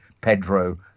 Pedro